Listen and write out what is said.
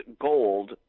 gold